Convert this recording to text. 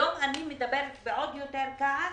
היום אני מדברת בעוד יותר כעס,